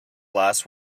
last